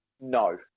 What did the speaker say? No